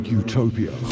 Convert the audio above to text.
utopia